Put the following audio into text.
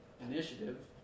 initiative